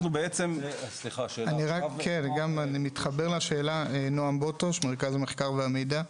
סליחה, אני מתחבר לשאלה, אני ממרכז המחקר והמידע.